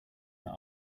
that